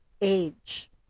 age